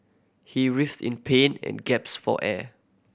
he writhed in pain and gaps for air